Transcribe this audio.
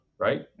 Right